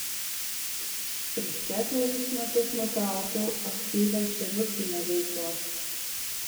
prieš ketverius metus nutraukiau aktyvią chirurginę veiklą